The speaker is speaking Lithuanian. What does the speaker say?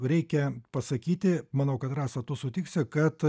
reikia pasakyti manau kad rasa tu sutiksi kad